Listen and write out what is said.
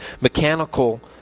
mechanical